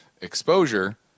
exposure